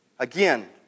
Again